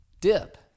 dip